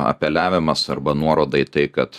apeliavimas arba nuoroda į tai kad